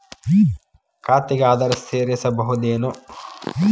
ಖಾತೆಗೆ ಆಧಾರ್ ಸೇರಿಸಬಹುದೇನೂ?